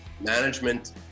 management